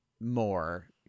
more